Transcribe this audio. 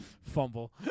Fumble